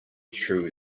true